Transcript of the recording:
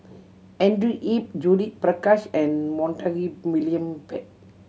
Andrew Yip Judith Prakash and Montague William Pett